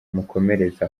mukomereze